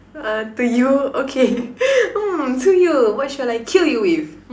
uh to you okay hmm to you what shall I kill you with